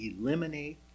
eliminate